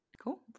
Cool